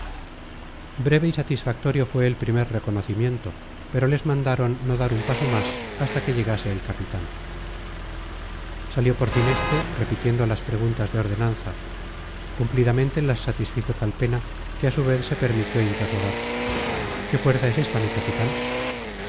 breve y satisfactorio fue el primer reconocimiento pero les mandaron no dar un paso más hasta que llegase el capitán salió por fin este repitiendo las preguntas de ordenanza cumplidamente las satisfizo calpena que a su vez se permitió interrogar qué fuerza es esta mi capitán